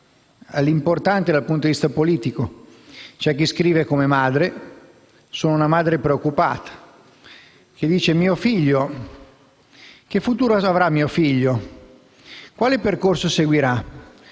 importante dal punto di vista politico. C'è chi scrive come madre: «Sono una madre preoccupata: che futuro avrà mio figlio? Quale percorso seguirà?